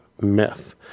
Myth